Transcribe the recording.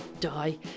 die